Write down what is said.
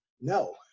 No